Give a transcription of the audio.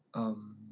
um